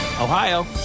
Ohio